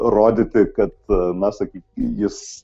rodyti kad na sakyk jis